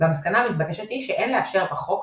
והמסקנה המתבקשת היא שאין לאפשר בחוק